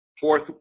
fourth